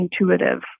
intuitive